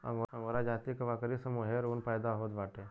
angora जाति क बकरी से मोहेर ऊन पैदा होत बाटे